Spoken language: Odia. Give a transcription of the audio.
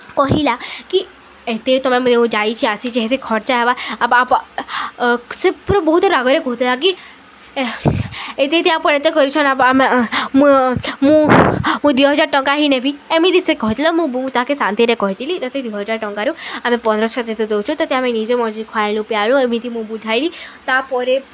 କହିଲା କି ଏତେ ତମେ ଯେନ୍ ଯାଇଛିି ଆସିଚେଁ ଯେତେ ଖର୍ଚ୍ଚା ହେବା ସେ ପୁରା ବହୁତ ରାଗରେ କହୁଥିଲା କି ଏତେ ଏତେ ଆପଣ ଏତେ କରିଛନ୍ ଆମେ ମୁଁ ମୁଁ ମୁଁ ଦିହଜାର୍ ଟଙ୍କା ହିଁ ନେବି ଏମିତି ସେ କହିଥିଲା ମୁଁ ତାକେ ଶାନ୍ତିରେ କହିଥିଲି ଯଦି ଦିହଜାର ଟଙ୍କାରୁ ଆମେ ପନ୍ଦରଶହ ତତେ ଦଉଚୁ ତତେ ଆମେ ନିଜେ ମଜି ଖଆଇଲୁ ପିଆଳୁ ଏମିତି ମୁଁ ବୁଝାଇଲି ତାପରେ